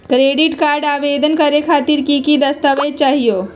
Credit card आवेदन करे खातिर की की दस्तावेज चाहीयो हो?